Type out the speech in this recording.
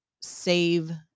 save